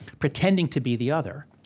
pretending to be the other,